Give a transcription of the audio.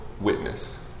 witness